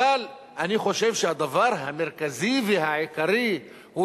אבל אני חושב שהדבר המרכזי והעיקרי הוא